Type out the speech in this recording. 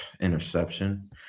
interception